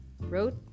Wrote